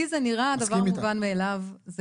לי זה נראה דבר מובן מאליו.